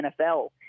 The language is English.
NFL